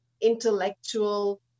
intellectual